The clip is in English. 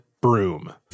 broom